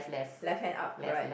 left hand up correct